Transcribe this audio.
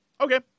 Okay